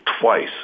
twice